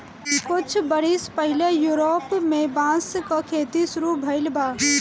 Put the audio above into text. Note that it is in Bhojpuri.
कुछ बरिस पहिले यूरोप में बांस क खेती शुरू भइल बा